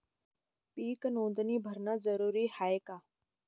पीक नोंदनी भरनं जरूरी हाये का?